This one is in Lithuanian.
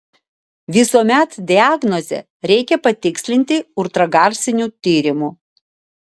visuomet diagnozę reikia patikslinti ultragarsiniu tyrimu